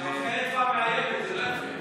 אתה עושה אצבע מאיימת, זה לא יפה.